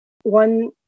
One